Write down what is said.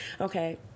Okay